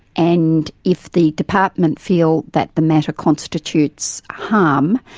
and if the department feel that the matter constitutes harm,